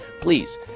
please